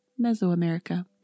Mesoamerica